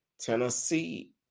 Tennessee